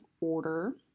order